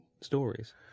stories